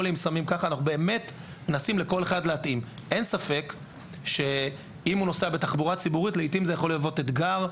אין ספק שאם הוא נוסע בתחבורה ציבורית זה יכול להוות אתגר.